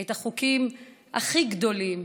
את החוקים הכי גדולים,